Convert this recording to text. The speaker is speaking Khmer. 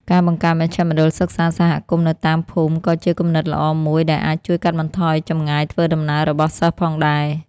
ការបង្កើតមជ្ឈមណ្ឌលសិក្សាសហគមន៍នៅតាមភូមិក៏ជាគំនិតល្អមួយដែលអាចជួយកាត់បន្ថយចម្ងាយធ្វើដំណើររបស់សិស្សផងដែរ។